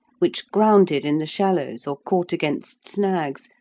which grounded in the shallows or caught against snags,